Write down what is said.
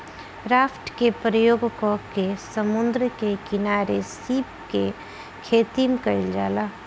raft के प्रयोग क के समुंद्र के किनारे सीप के खेतीम कईल जाला